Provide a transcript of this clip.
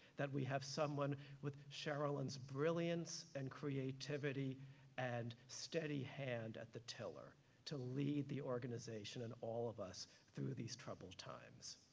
that we have someone with sherrilyn's brilliance and creativity and steady hand at the teller to lead the organization and all of us through these troubled times.